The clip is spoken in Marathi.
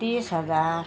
तीस हजार